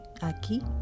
aquí